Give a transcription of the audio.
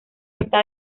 está